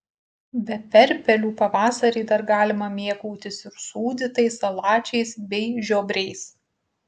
be perpelių pavasarį dar galima mėgautis ir sūdytais salačiais bei žiobriais